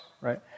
right